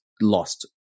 lost